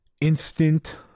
Instant